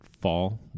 fall